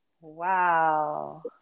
Wow